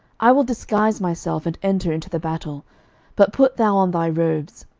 i will disguise myself, and enter into the battle but put thou on thy robes.